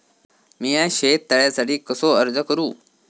मीया शेत तळ्यासाठी कसो अर्ज करू?